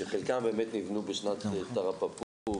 שחלקם נבנו בשנת תרפפ"ו,